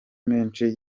menshi